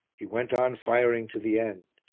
he went on firing to the end,